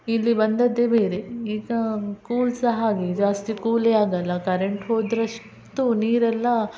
ಇಲ್ಲಿ ಬಂದಿದ್ದೇ ಬೇರೆ ಈಗ ಕೂಲ್ ಸಹ ಹಾಗೆ ಜಾಸ್ತಿ ಕೂಲೇ ಆಗೋಲ್ಲ ಕರೆಂಟ್ ಹೋದರಷ್ಟು ನೀರೆಲ್ಲ